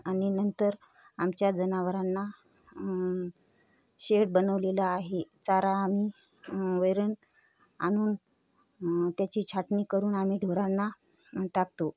आणि नंतर आमच्या जनावरांना शेड बनवलेला आहे चारा आम्ही वेरण आणून त्याची छाटणी करून आम्ही ढोरांना टाकतो